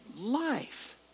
life